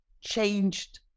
changed